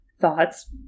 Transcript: thoughts